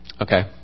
Okay